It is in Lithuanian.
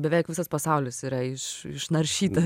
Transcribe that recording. beveik visas pasaulis yra iš išnaršyta